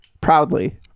proudly